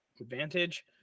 Advantage